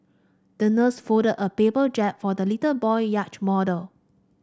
the nurse folded a paper jib for the little boy yacht model